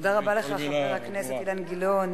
תודה רבה לך, חבר הכנסת אילן גילאון.